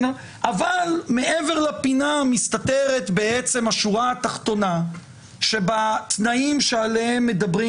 ומעבר לפינה מסתתרת השורה התחתונה שבתנאים שעליהם מדברים,